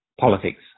politics